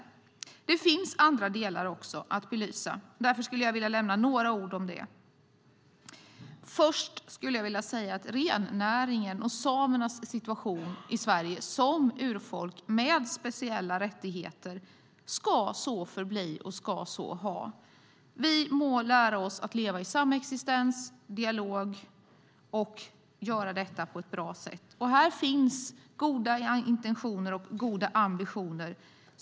Men det finns också andra delar att belysa. Därför skulle jag vilja nämna några ord om dem. Först skulle jag vilja nämna rennäringen och situationen i Sverige för samerna som urfolk med speciella rättigheter. Så ska det förbli. Vi månar om ett liv i samexistens och dialog och om att det sker på ett bra sätt. Här finns det goda intentioner och goda ambitioner.